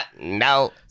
No